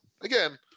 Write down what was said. again